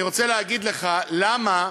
אני רוצה להגיד לך למה